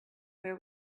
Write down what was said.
where